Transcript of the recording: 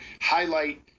highlight